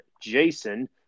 jason